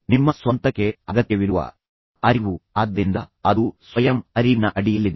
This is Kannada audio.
ನಿಮ್ಮ ಸ್ವಂತಕ್ಕೆ ಅಗತ್ಯವಿರುವ ಅರಿವು ಆದ್ದರಿಂದ ಅದು ಸ್ವಯಂ ಅರಿವಿನ ಅಡಿಯಲ್ಲಿದೆ